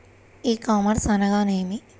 E commerce అనగా నేమి?